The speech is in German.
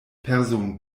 person